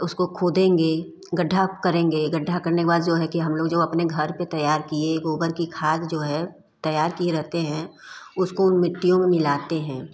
उसको खोदेंगे गड्ढा करेंगे गड्ढा करने के बाद जो है कि हम लोग अपने घर पर तैयार किये गोबर की खाद जो है तैयार किए रहते है उसको मिट्टियों में मिलाते हैं